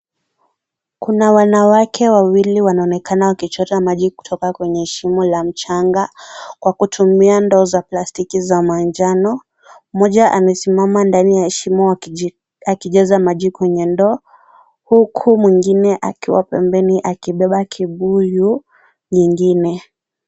Kuna wanawake wawili wanaonekana wakichota maji kutoka kwenye shimo la mchanga kwa kutumia ndoo za plastiki za manjano. Mmoja amesimama ndani ya shimo akijaza maji kwenye ndoo huku mwingine akiwa pembeni akibeba kibuyu nyingine.